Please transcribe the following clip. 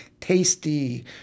tasty